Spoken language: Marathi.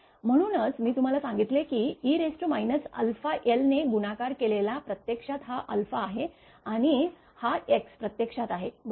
म्हणूनच मी तुम्हाला सांगितले की e αl ने गुणाकार केलेला प्रत्यक्षात हा आहे आणि हा x प्रत्यक्षात आहे बरोबर